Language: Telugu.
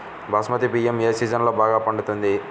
బాస్మతి బియ్యం ఏ సీజన్లో బాగా పండుతుంది?